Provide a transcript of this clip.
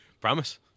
Promise